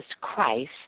Christ